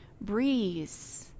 breeze